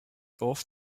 off